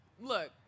Look